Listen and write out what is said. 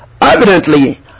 Evidently